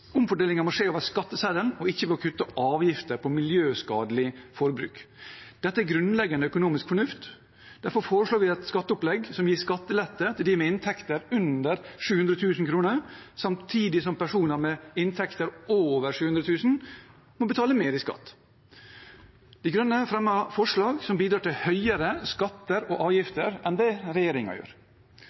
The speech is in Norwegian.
miljøskadelig forbruk. Dette er grunnleggende økonomisk fornuft. Derfor foreslår vi et skatteopplegg som gir skattelette til dem med inntekter under 700 000 kr, samtidig som personer med inntekter over 700 000 kr må betale mer i skatt. De Grønne fremmer forslag som bidrar til høyere skatter og avgifter enn det regjeringen gjør.